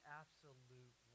absolute